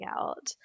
out